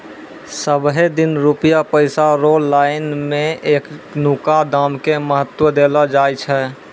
सबहे दिन रुपया पैसा रो लाइन मे एखनुका दाम के महत्व देलो जाय छै